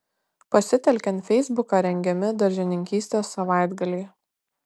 pasitelkiant feisbuką rengiami daržininkystės savaitgaliai